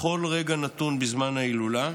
שתחול בכל רגע נתון בזמן ההילולה,